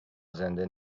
زنده